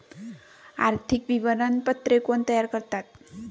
आर्थिक विवरणपत्रे कोण तयार करतात?